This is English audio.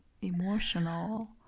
emotional